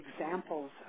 examples